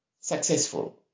successful